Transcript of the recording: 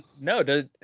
No